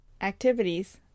activities